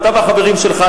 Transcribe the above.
אתה והחברים שלך,